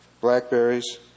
Blackberries